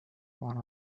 one